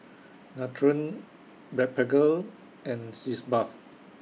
Nutren Blephagel and Sitz Bath